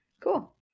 Cool